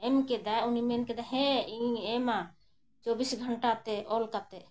ᱮᱢ ᱠᱮᱫᱟ ᱩᱱᱤᱭ ᱢᱮᱱ ᱠᱮᱫᱟ ᱦᱮᱸ ᱤᱧᱤᱧ ᱮᱢᱟ ᱪᱚᱵᱵᱤᱥ ᱜᱷᱚᱱᱴᱟ ᱛᱮ ᱚᱞ ᱠᱟᱛᱮᱫ